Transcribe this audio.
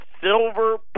silver